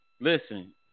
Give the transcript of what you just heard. listen